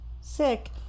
sick